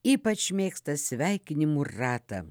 ypač mėgsta sveikinimų ratą